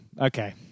Okay